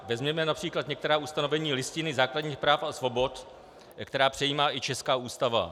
Vezměme např. některá ustanovení Listiny základních práv a svobod, která přejímá i česká Ústava.